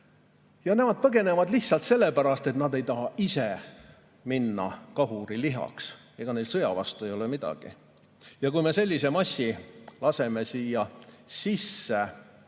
Nemad põgenevad lihtsalt sellepärast, et nad ei taha ise minna kahurilihaks. Sõja vastu ei ole neil midagi. Kui me sellise massi laseme siia sisse